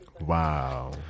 Wow